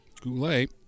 Goulet